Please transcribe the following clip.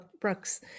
Brooks